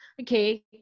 okay